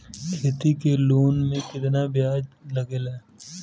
खेती के लोन में कितना ब्याज लगेला?